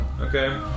Okay